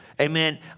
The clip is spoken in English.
Amen